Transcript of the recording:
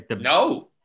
No